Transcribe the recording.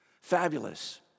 fabulous